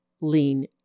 lean